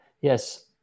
Yes